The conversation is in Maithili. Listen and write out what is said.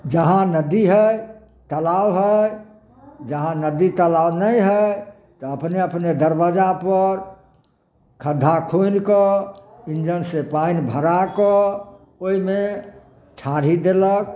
जहाँ नदी हइ तलाब हइ जहाँ नदी तलाब नहि हइ अपने अपने दरबज्जापर खद्धा खुनिकऽ इन्जनसँ पानि भराकऽ ओहिमे ठाढ़ी देलक